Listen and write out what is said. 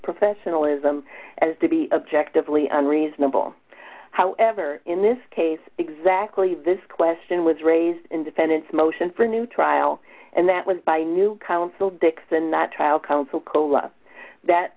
professionalism as to be objectively unreasonable however in this case exactly this question was raised in defendant's motion for a new trial and that was by new counsel dixon that trial counsel cola that